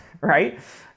right